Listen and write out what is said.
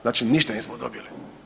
Znači ništa nismo dobili.